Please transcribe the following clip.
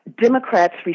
Democrats